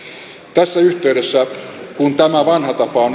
tässä yhteydessä kun tämä vanha tapa on